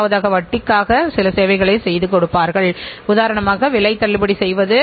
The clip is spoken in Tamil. ஆனாலும் இங்கு நிறுவன கட்டுப்பாட்டு முறையை அமல்படுத்த முடியாது என்பதல்ல